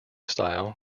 style